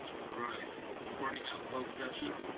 all right, reporting out closed session.